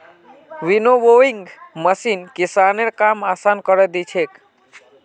winnowing machine किसानेर काम आसान करे दिया छे